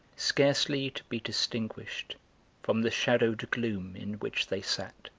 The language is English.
scarcely to be distinguished from the shadowed gloom in which they sat.